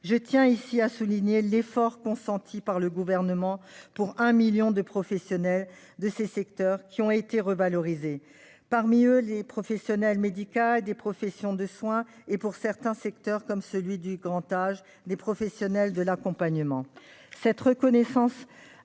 Je tiens ici à souligner l'effort consenti par le Gouvernement pour un million de professionnels de ces secteurs dont les rémunérations ont été revalorisées, qu'il s'agisse des professions médicales, des professions du soin ou, pour certains secteurs, comme celui du grand âge, des professions de l'accompagnement.